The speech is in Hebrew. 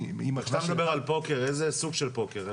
כשאתה מדבר על פוקר, איזה סוג של פוקר?